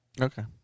Okay